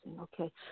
Okay